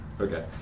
Okay